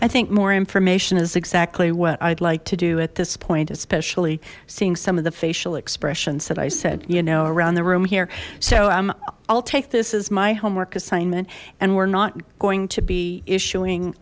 i think more information is exactly what i'd like to do at this point especially seeing some of the facial expressions that i said you know around the room here so i'm i'll take this as my homework assignment and we're not going to be issuing